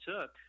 took